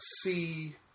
see